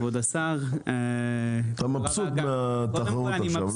כבוד השר -- אתה מבסוט מהתחרות עכשיו,